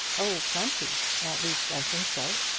oh, plenty! at least, i think so.